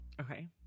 Okay